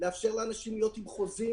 לאפשר לאנשים להיות עם חוזים,